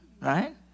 right